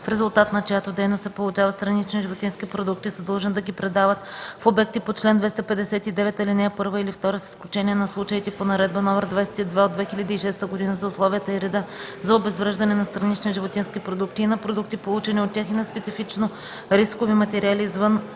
в резултат на чиято дейност се получават странични животински продукти, са длъжни да ги предават в обекти по чл. 259, ал. 1 или 2 с изключение на случаите по Наредба № 22 от 2006 г. за условията и реда за обезвреждане на странични животински продукти и на продукти, получени от тях, и на специфично рискови материали извън